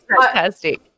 fantastic